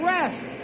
rest